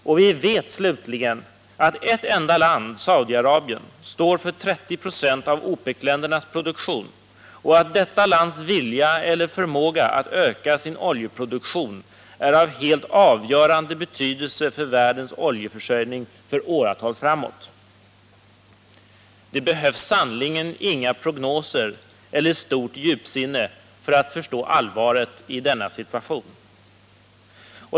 Och vi vet slutligen att ett enda land, Saudi Arabien, står för 30 96 av OPEC-ländernas produktion och att detta lands vilja eller förmåga att öka sin oljeproduktion är av helt avgörande betydelse för världens oljeförsörjning för åratal framåt. Det behövs sannerligen inga prognoser eller stort djupsinne för att förstå allvaret i denna situation.